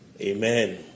Amen